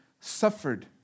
suffered